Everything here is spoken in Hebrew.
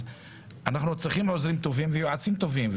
אנחנו צריכים עוזרים טובים ויועצים טובים,